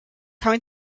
coming